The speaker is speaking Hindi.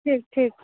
ठीक ठीक